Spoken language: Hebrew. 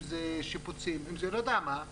אם זה שיפוצים אם זה לא יודע מה,